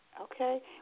Okay